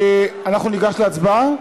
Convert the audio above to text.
אנחנו נלך להצבעה,